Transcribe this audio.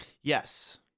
Yes